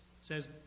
says